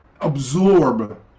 absorb